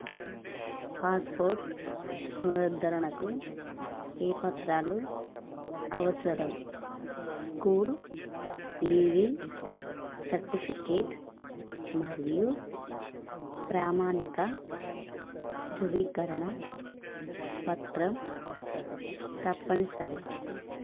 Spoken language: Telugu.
పాస్పోర్ట్ పునరుద్ధరణకు ఏ పత్రాలు అవసరం స్కూల్ లీవింగ్ సర్టిఫికేట్ మరియు ప్రామాణిక ధృవీకరణ పత్రం తప్పనిసరి